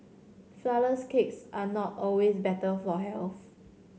flourless cakes are not always better for health